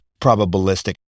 probabilistic